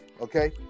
Okay